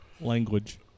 Language